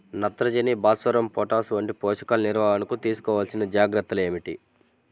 నత్రజని, భాస్వరం, పొటాష్ వంటి పోషకాల నిర్వహణకు తీసుకోవలసిన జాగ్రత్తలు ఏమిటీ?